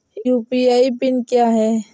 UPI pin क्या है?